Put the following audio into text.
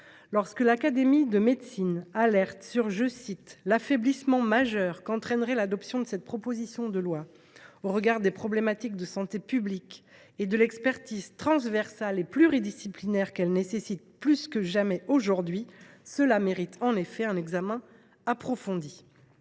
Lorsque l’Académie nationale de médecine alerte sur « l’affaiblissement majeur qu’entraînerait l’adoption de cette proposition de loi au regard des problématiques de santé publique et de l’expertise transversale et pluridisciplinaire qu’elles nécessitent plus que jamais aujourd’hui », un examen approfondi